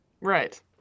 Right